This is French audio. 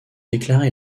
déclaré